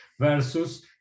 Versus